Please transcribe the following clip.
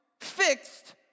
fixed